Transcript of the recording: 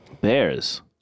Bears